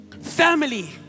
Family